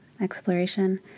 exploration